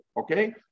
Okay